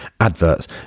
adverts